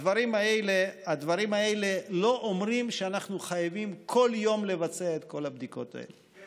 הדברים האלה לא אומרים שאנחנו חייבים לבצע בכל יום את כל הבדיקות האלה.